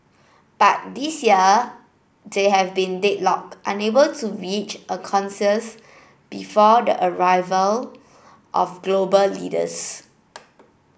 but this year they have been deadlocked unable to reach a conscious before the arrival of global leaders